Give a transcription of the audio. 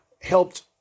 helped